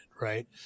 right